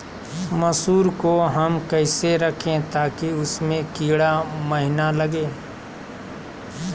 मसूर को हम कैसे रखे ताकि उसमे कीड़ा महिना लगे?